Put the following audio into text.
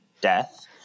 Death